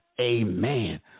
amen